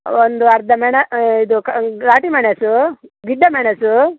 ಒಂದು ಅರ್ಧ ಮೆಣ ಇದು ಕಂಗ್ ಘಾಟು ಮೆಣಸು ಗಿಡ್ಡ ಮೆಣಸು